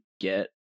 get